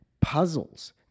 puzzles